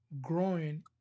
growing